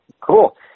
cool